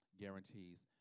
guarantees